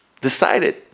decided